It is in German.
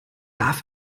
darf